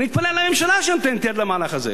אני מתפלא על הממשלה שנותנת יד למהלך הזה.